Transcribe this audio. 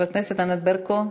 חברת הכנסת ענת ברקו,